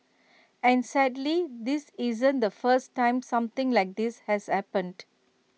and sadly this isn't the first time something like this has happened